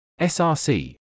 src